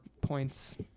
points